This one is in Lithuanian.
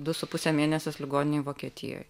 du su puse mėnesius ligoninėj vokietijoj